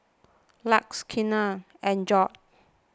Lex Keanna and Gorge